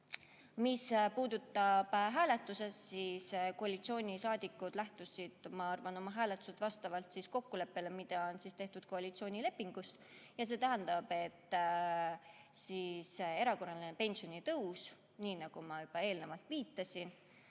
Mis puudutab hääletust, siis koalitsioonisaadikud lähtusid, ma arvan, oma hääletuses kokkuleppest, mis on koalitsioonilepingus, ja see tähendab, et erakorraline pensionitõus, nii nagu ma juba eelnevalt viitasin,